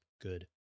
good